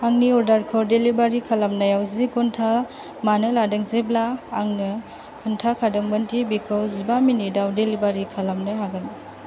आंनि अर्डारखौ डेलिबारि खालामनायाव जि घन्टा मानो लादों जेब्ला आंनो खोनथाखादोंमोनदि बेखौ जिबा मिनिटाव डेलिबारि खालामनो हागोन